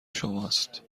شماست